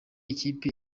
ikipe